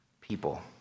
people